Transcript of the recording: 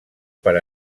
per